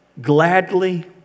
gladly